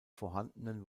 vorhandenen